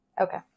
Okay